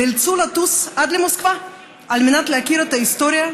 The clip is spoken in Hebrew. נאלצו לטוס עד למוסקבה על מנת להכיר את ההיסטוריה,